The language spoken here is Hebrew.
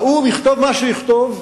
האו"ם יכתוב מה שיכתוב,